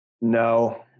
No